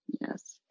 Yes